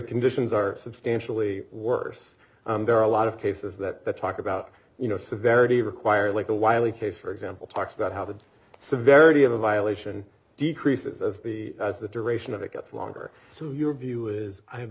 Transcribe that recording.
conditions are substantially worse there are a lot of cases that talk about you know severity required like the wyly case for example talks about how the severity of a violation decreases as the as the duration of it gets longer so your view is i have